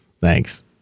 Thanks